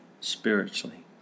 spiritually